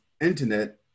internet